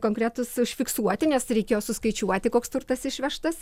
konkretūs užfiksuoti nes reikėjo suskaičiuoti koks turtas išvežtas